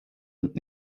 und